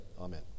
Amen